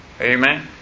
Amen